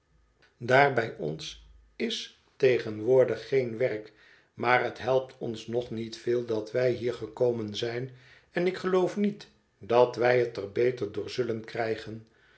bij ons is tegenwoordig geen werk maar het helpt ons nog niet véél dat wij hier gekomen zijn en ik geloof niet dat wij het er beter door zullen krijgen